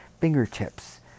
fingertips